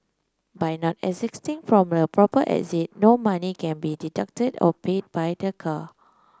by not exiting from the proper exit no money can be deducted or paid by the car